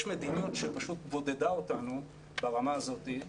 יש מדיניות שפשוט בודדה אותנו ברמה הזאת,